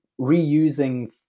reusing